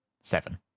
Seven